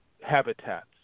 Habitats